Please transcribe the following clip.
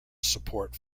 support